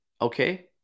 okay